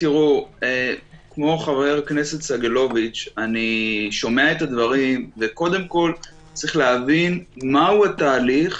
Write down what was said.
כמו שאיל הסביר כשדיברנו על ההגדרות האלה בתחילת הסעיף,